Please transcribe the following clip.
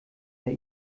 der